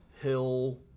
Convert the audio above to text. Hill